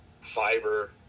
fiber